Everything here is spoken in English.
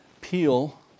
peel